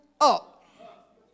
up